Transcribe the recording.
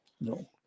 no